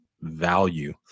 value